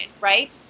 right